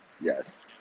yes